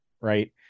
right